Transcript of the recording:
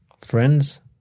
friends